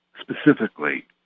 specifically